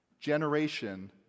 generation